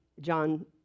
John